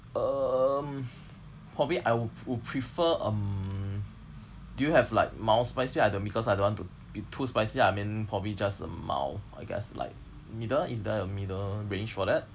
um probably I would p~ would prefer um do you have like mild spicy item because I don't want to be too spicy I mean probably just mild I guess like middle in the middle range for that